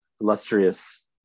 illustrious